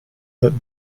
that